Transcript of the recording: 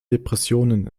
depressionen